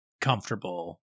comfortable